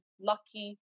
lucky